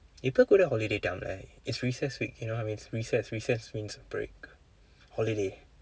இப்போ கூட:ippoo kuuda holiday time right it's recess week you know I mean it's recess recess means break holiday